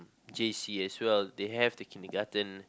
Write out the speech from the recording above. J_C as well they have the kindergarten